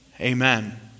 Amen